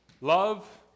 Love